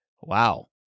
Wow